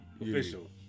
official